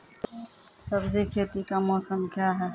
सब्जी खेती का मौसम क्या हैं?